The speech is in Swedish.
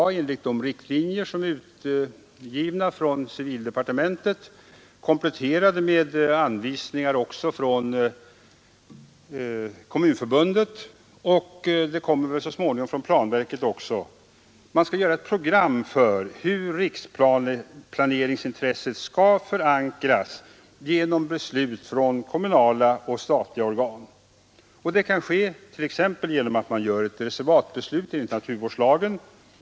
Enligt de riktlinjer som civildepartementet utfärdat, kompletterade med anvisningar från Kommunförbundet — så småningom kommer det väl sådana också från planverket — skall man göra ett program för hur riksplaneringsintresset skall förankras i kommunen genom beslut från kommunala och statliga organ. Det kan ske t.ex. genom ett reservatbeslut enligt naturvårdslagen.